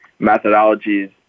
methodologies